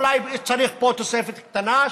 אולי צריך פה תוספת קטנה,